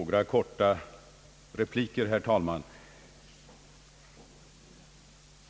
Herr talman!